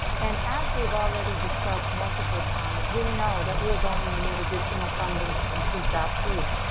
and as we've already discussed multiple times, we know that we're going to need additional funding to complete that pool.